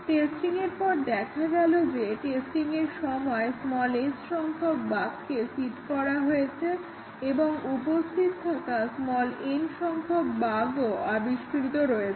টেস্টিংয়ের পর দেখা গেল যে টেস্টিংয়ের সময় s সংখ্যাক বাগকে সিড করা হয়েছে এবং উপস্থিত থাকা n সংখ্যাক বাগও আবিষ্কৃত হয়েছে